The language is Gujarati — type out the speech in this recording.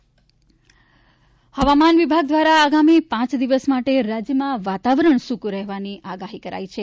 હવામાન હવામાન વિભાગ દ્વારા આગામી પાંચ દિવસ માટે રાજ્યમાં વાતાવરણ સુકુ રહેવાની આગાહી કરાઈ છે